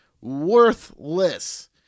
Worthless